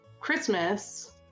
Christmas